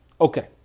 Okay